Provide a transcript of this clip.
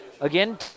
Again